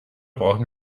brauchen